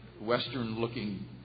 western-looking